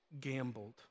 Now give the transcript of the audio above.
gambled